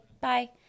bye